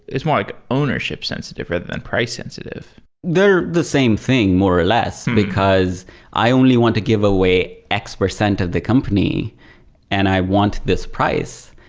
it's more like ownership-sensitive rather than price-sensitive they're the same thing more or less, because i only want to give away x percent of the company and i want this price.